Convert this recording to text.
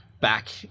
back